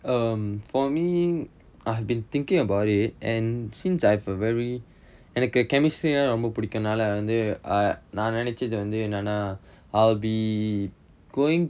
um for me I've been thinking about it and since I've a very எனக்கு:enakku chemistry ரொம்ப பிடிக்குனால வந்து நா நினைச்சது வந்து என்னான்னா:romba pidikkunaala vanthu naa ninaichathu vanthu ennaannaa I'll be going